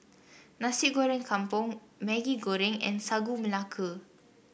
Nasi Goreng Kampung Maggi Goreng and Sagu Melaka